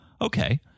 Okay